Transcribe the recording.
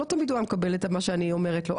לא תמיד הוא היה מקבל את מה שאני אומרת לו,